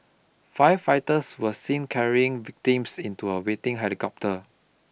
firefighters were seen carrying victims into a waiting helicopter